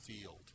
field